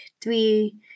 three